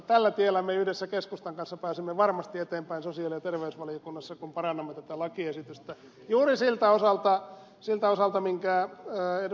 tällä tiellä me yhdessä keskustan kanssa pääsemme varmasti eteenpäin sosiaali ja terveysvaliokunnassa kun parannamme tätä lakiesitystä juuri siltä osalta minkä ed